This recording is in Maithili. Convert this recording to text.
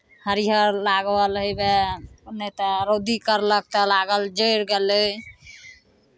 हरियर लागल हउएह नहि तऽ रौदी करलक तऽ लागल जरि गेलै